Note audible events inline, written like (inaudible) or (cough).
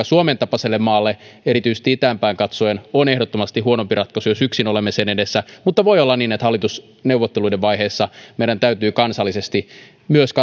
(unintelligible) suomen tapaiselle maalle erityisesti itään päin katsoen on ehdottomasti huonompi ratkaisu jos yksin olemme sen edessä mutta voi olla niin että hallitusneuvotteluiden vaiheessa meidän täytyy kansallisesti myös (unintelligible)